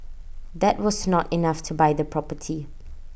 that was not enough to buy the property